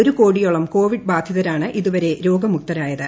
ഒരു കോടിയോളം കോവിഡ് ബാധിതരാണ് ഇതുവരെ രോഗമുക്തരായത്